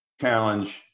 challenge